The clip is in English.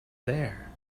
there